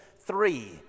three